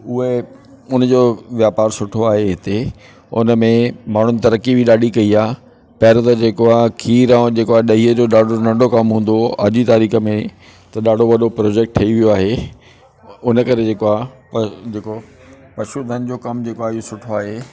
उहे उन जो वापारु सुठो आहे हिते उन में माण्हुनि तरक़ी बि ॾाढी कई आहे पहिरियों त जेको आहे खीरु ऐं ॾही जो जेको आहे ॾाढो नंढो कमु हूंदो हुओ अॼु जी तारीख़ में त ॾाढो वॾो प्रोजेक्ट ठही वियो आहे हे हुन करे जेको आहे जेको पशु धन जो कमु जेको आहे इहो सुठो आहे